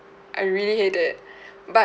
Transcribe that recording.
I really hate it but